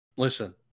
Listen